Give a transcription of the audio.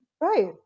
right